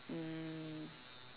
mm